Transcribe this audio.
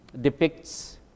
depicts